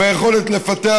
והיכולת לפתח,